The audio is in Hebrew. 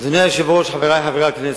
אדוני היושב-ראש, חברי חברי הכנסת,